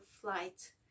flight